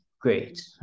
Great